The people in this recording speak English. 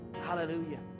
Hallelujah